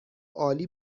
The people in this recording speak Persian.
عالی